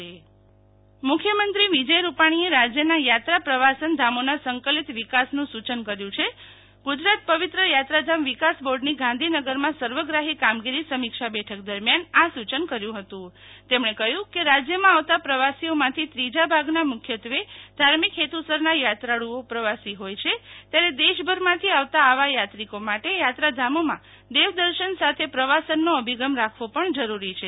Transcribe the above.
શીતલ વૈષ્ણવ મુ ખ્યમંત્રી યાત્રાધામ મુ ખ્યમંત્રી વિજય રૂપાણીએ રાજયના યાત્રા પ્રવાસન ધામોના સંકલિત વિકાસનું સુ ચન કર્યું છે ગુજરાત પવિત્ર યાત્રાધામ વિકાસ બોર્ડની ગાંધીનગરમાં સર્વગ્રાહી કામગીરી સમીક્ષા બેઠક દરમ્યાન આ સુ ચન કર્યું હતું તેમણે કહ્યુ કે રાજયમાં આવતા પ્રવાસીઓમાંથી ત્રીજા ભાગના મુખ્યત્વે ધાર્મિક હેતુ સરના યાત્રાળુ પ્રવાસીઓ હોય છે ત્યારે દેશભરમાંથી આવતા આવા યાત્રિકો માટે યાત્રાધામોમાં દેવદર્શન સાથે પ્રવાસનનો અભિગમ રાખવો પણ જરૂરી છે